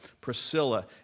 Priscilla